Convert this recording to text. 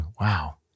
Wow